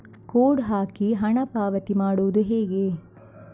Code ಹಾಕಿ ಹಣ ಪಾವತಿ ಮಾಡೋದು ಹೇಗೆ?